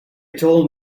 told